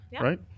right